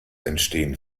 entstehen